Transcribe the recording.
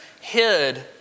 hid